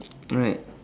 right